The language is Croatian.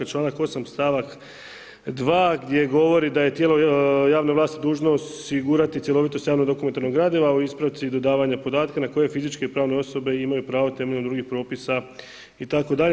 Članak 8. stavak 2. gdje govori da je tijelo javne vlasti dužno osigurati cjelovitost javno-dokumentarnog gradiva, a u ispravci i dodavanja podatka na koje fizičke i pravne osobe imaju pravo temeljem drugih propisa itd.